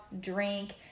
drink